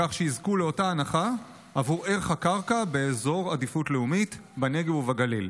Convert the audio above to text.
כך שיזכו לאותה הנחה בעבור ערך הקרקע באזור עדיפות לאומית בנגב ובגליל,